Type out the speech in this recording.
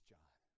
John